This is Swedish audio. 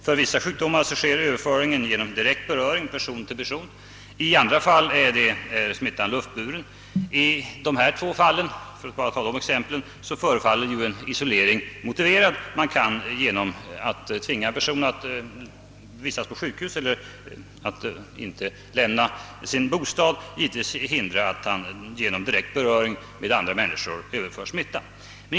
För vissa sjukdomar sker överföringen genom direkt beröring från person till person, i andra fall är smittan luftburen. I dessa två fall — för att bara ta de exemplen — förefaller isolering motiverad. Man kan genom att tvinga en person att vistas på sjukhus eller att inte lämna sin bostad hindra att han genom kontakt med andra människor överför smittan.